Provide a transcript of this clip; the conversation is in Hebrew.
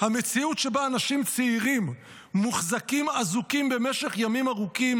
שבה אנשים צעירים מוחזקים אזוקים במשך ימים ארוכים,